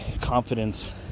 confidence